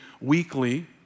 weekly